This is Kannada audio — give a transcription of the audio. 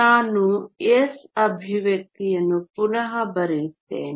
ನಾನು s ಎಕ್ಸ್ಪ್ರೆಶನ್ ಅನ್ನು ಪುನಃ ಬರೆಯುತ್ತೇನೆ